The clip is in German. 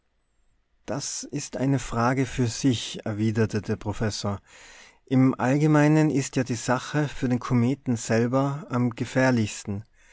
das ist eine frage für sich erwiderte der professor im allgemeinen ist ja die sache für den kometen selber am gefährlichsten